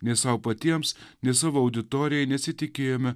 ne sau patiems ne savo auditorijai nesitikėjome